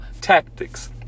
tactics